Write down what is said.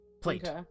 Plate